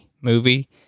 movie